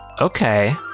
okay